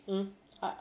mm ah